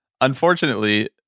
unfortunately